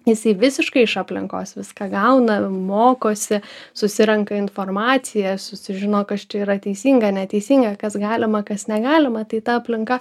jisai visiškai iš aplinkos viską gauna mokosi susirenka informaciją susižino kas čia yra teisinga neteisinga kas galima kas negalima tai ta aplinka